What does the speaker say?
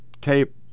tape